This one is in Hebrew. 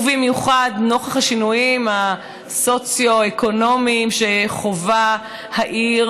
ובמיוחד נוכח השינויים הסוציו-אקונומיים שחווה העיר